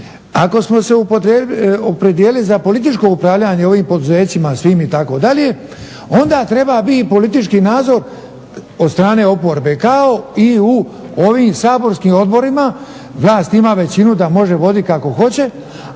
ako smo se opredijelili za političko upravljanje ovim poduzećima svim itd. onda treba biti politički nadzor od strane oporbe kao i u ovim saborskim odborima. Vlast ima većinu da može vodit kako hoće,